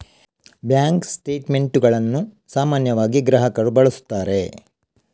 bank ಸ್ಟೇಟ್ ಮೆಂಟುಗಳನ್ನು ಸಾಮಾನ್ಯವಾಗಿ ಗ್ರಾಹಕರು ಬಳಸುತ್ತಾರೆ